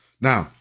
Now